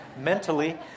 mentally